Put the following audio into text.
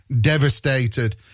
devastated